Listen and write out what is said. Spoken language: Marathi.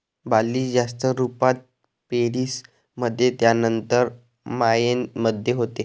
बार्ली जास्त रुपात पेरीस मध्ये त्यानंतर मायेन मध्ये होते